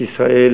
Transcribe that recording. שישראל